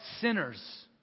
sinners